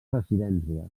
residència